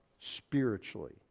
spiritually